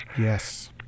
Yes